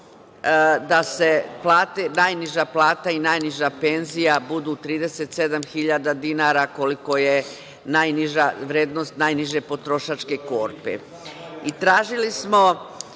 da najniža plata i najniža penzija budu 37.000 dinara, koliko je vrednost najniže potrošačke